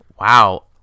Wow